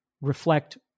Reflect